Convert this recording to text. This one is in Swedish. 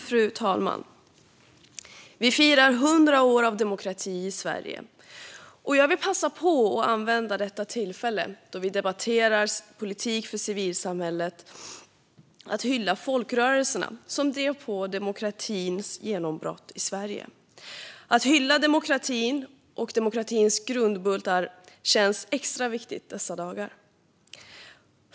Fru talman! Vi firar 100 år av demokrati i Sverige, och jag vill passa på att använda detta tillfälle, då vi debatterar politik för civilsamhället, att hylla folkrörelserna som drev på demokratins genombrott i Sverige. Att hylla demokratin och demokratins grundbultar känns extra viktigt i dessa dagar.